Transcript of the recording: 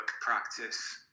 practice